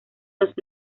los